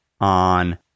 on